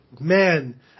man